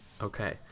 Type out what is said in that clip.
Okay